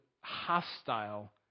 hostile